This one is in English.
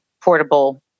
portable